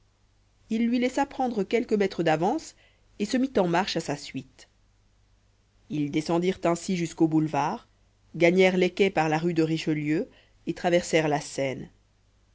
il lui laissa prendre quelques mètres d'avance et se mit en marche à sa suite ils descendirent ainsi jusqu'aux boulevards gagnèrent les quais par la rue de richelieu et traversèrent la seine